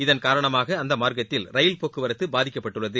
இதன்காரணமாக அந்தமார்க்கத்தில் ரயில்போக்குவரத்துபாதிக்கப்பட்டுள்ளது